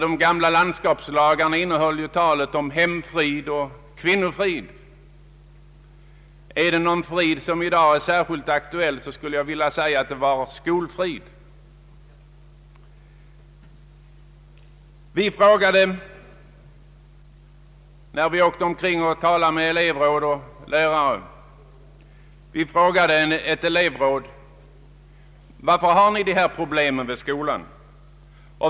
De gamla landskapslagarna innehöll ord som hemfrid och kvinnofrid. Om någon frid i dag är särskilt aktuell skulle det enligt min mening vara skolfriden. När vi åkte runt och talade med elevråd och lärare frågade vi ett elevråd: Varför har ni dessa problem med skolan?